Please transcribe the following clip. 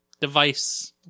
device